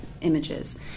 images